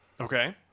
Okay